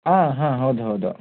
ಹಾಂ ಹಾಂ ಹೌದು ಹೌದು